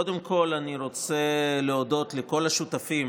קודם כול, אני רוצה להודות לכל השותפים